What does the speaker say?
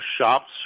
Shops